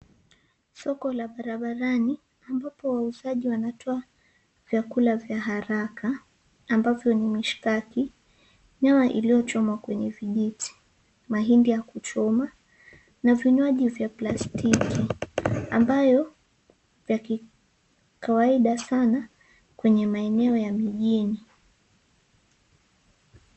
Soko la barabarani ambapo wauzaji wanatoa vyakula vya haraka ambavyo ni mishkaki, nyama iliyochomwa kwenye vijiti, mahindi ya kuchoma na vinywaji vya plastiki ambayo ni ya kikawaida sana kwenye maeneo ya mijini.